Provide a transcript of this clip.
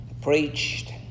preached